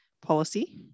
policy